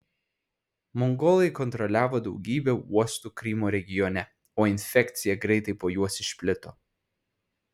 mongolai kontroliavo daugybę uostų krymo regione o infekcija greitai po juos išplito